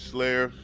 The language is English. Slayer 」